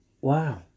Wow